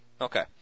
Okay